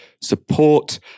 support